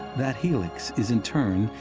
that helix is, in turn,